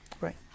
right